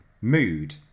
mood